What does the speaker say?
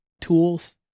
tools